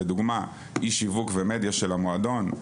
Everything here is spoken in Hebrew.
לדוגמא איש שיווק ומדיה של המועדון.